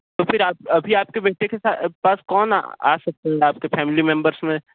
तो फिर आप अभी आपके बेटे के साथ पास कौन आ सकते हैं आपके फैमिली मेम्बर्स में